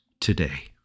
today